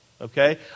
okay